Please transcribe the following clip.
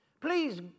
Please